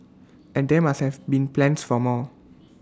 and there must have been plans for more